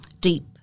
deep